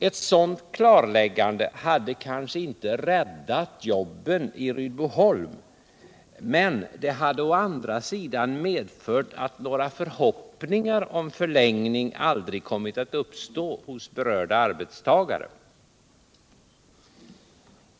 Ett sådant klarläggande hade kanske inte räddat jobben i Rydboholm, men det hade å andra sidan medfört att några förhoppningar om förlängning aldrig kommit att uppstå hos berörda arbetstagare.